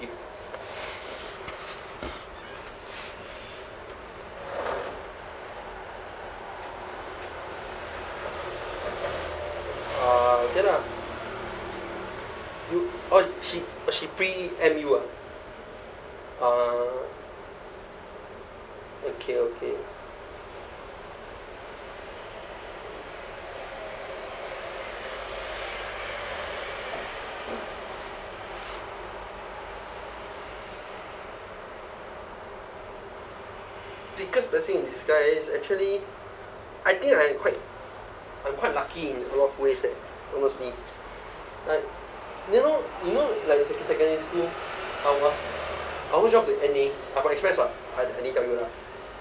ah okay lah you oh she she pre-empt you ah uh okay okay biggest blessing in disguise actually I think I'm quite I'm quite lucky in a lot of way that honestly like you know you know like in secondary school I was I was dropped to N_A I from express what but I didn't tell you lah